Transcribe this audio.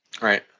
Right